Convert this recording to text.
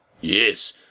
Yes